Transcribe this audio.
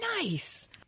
nice